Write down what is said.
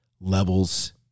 levels